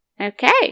Okay